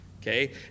Okay